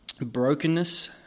brokenness